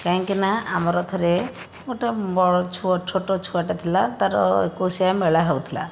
କାହିଁକି ନା ଆମର ଥରେ ଗୋଟିଏ ବଡ଼ ଛୋ ଛୋଟ ଛୁଆଟା ଥିଲା ତାର ଏକୋଇଶିଆ ମେଳା ହେଉଥିଲା